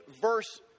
verse